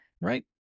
right